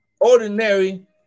ordinary